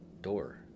door